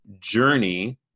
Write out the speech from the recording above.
journey